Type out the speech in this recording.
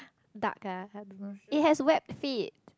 duck ah I don't know it has webbed feet